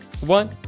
one